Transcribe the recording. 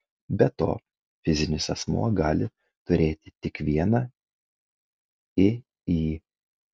be to fizinis asmuo gali turėti tik vieną iį